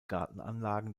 gartenanlagen